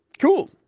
Cool